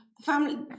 Family